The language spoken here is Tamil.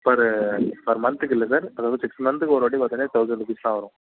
பர் பர் மந்த்துக்கு இல்லை சார் அதாவது சிக்ஸ் மந்த்துக்கு ஒருவாட்டி பார்த்தாலே தவுசண் ருப்பீஸ் தான் வரும்